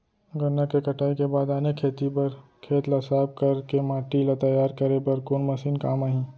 गन्ना के कटाई के बाद आने खेती बर खेत ला साफ कर के माटी ला तैयार करे बर कोन मशीन काम आही?